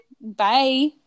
Bye